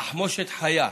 תחמושת חיה.